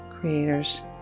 Creator's